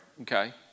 Okay